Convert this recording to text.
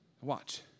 Watch